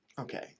Okay